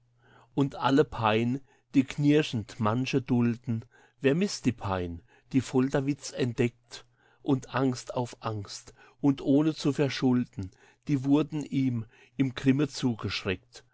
und alle pein die knirschend manche dulden wer misst die pein die folterwitz entdeckt und angst auf angst und ohne zu verschulden die wurden ihm im grimme